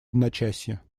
одночасье